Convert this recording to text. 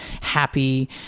happy